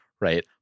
right